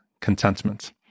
contentment